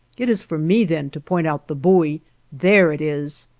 it is for me then to point out the buoy there it is!